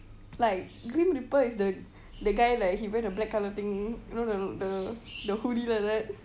like grim reaper is the the guy like he wear the black colour thing you know the the hoodie like that